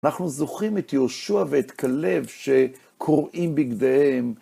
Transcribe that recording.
אנחנו זוכרים את יהושע ואת כלב שקורעים בגדיהם.